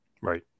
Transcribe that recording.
Right